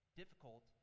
difficult